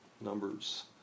Numbers